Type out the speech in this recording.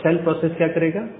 अब child process क्या करेगा